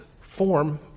form